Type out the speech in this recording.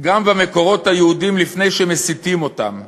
גם במקורות היהודיים לפני שמסיטים אותם,